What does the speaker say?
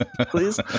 please